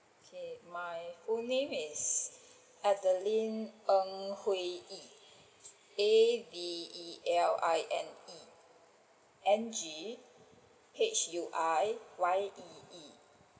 okay my full name is adeline ng hui yee A D E L I N E N G H U I Y E E